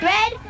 Red